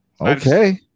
Okay